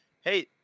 hey